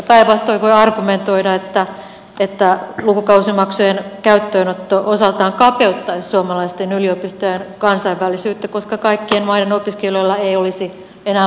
päinvastoin voi argumentoida että lukukausimaksujen käyttöönotto osaltaan kapeuttaisi suomalaisten yliopistojen kansainvälisyyttä koska kaikkien maiden opiskelijoilla ei olisi enää varaa tänne tulla